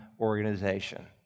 organization